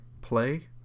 play